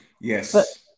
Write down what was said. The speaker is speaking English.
yes